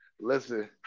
Listen